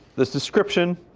this description.